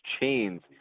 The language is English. chains